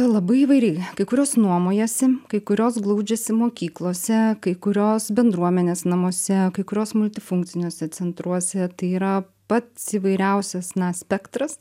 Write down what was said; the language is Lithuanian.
labai įvairiai kai kurios nuomojasi kai kurios glaudžiasi mokyklose kai kurios bendruomenės namuose kai kurios multifunkciniuose centruose tai yra pats įvairiausias na spektras